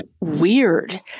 weird